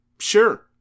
sure